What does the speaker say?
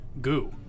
goo